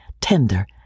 tender